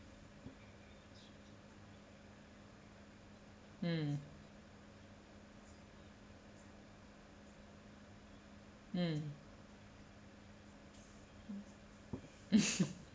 mm mm